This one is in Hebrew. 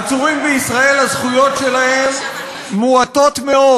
עצורים בישראל, הזכויות שלהם מועטות מאוד,